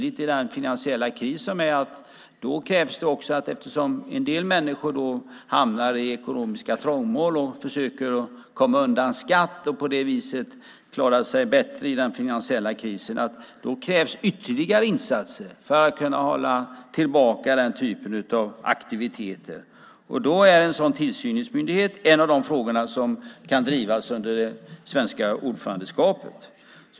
I den finansiella krisen hamnar en del människor i ekonomiska trångmål och försöker komma undan skatt för att på det viset klara sig bättre. Då krävs ytterligare insatser för att kunna hålla tillbaka den typen av aktiviteter. En tillsynsmyndighet är då en fråga som kan drivas under det svenska ordförandeskapet.